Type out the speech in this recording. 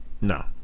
No